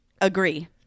agree